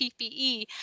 PPE